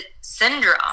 syndrome